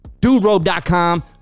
Duderobe.com